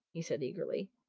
he said eagerly.